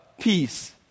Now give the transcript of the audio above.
peace